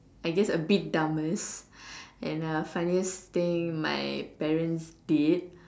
I guess a bit dumbest and the funniest thing my parents did